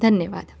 धन्यवाद